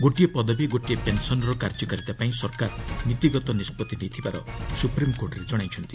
ଗୋଟିଏ ପଦବୀ ଗୋଟିଏ ପେନ୍ସନ୍ କାର୍ଯ୍ୟକାରିତାପାଇଁ ସରକାର ନୀତିଗତ ନିଷ୍ପତ୍ତି ନେଇଥିବାର ସୁପ୍ରିମ୍କୋର୍ଟରେ ଜଣାଇଛନ୍ତି